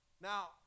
Now